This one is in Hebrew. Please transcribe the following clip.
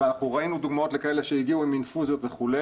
וראינו דוגמאות לכאלה שהגיעו עם אינפוזיות וכו'